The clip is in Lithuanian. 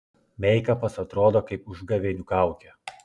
meikapas atrodo kaip užgavėnių kaukė